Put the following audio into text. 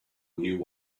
knew